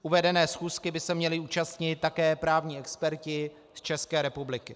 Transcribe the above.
Uvedené schůzky by se měli účastnit také právní experti z České republiky.